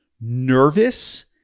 nervous